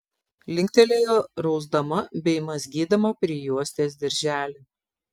linktelėjo rausdama bei mazgydama prijuostės dirželį